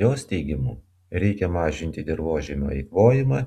jos teigimu reikia mažinti dirvožemio eikvojimą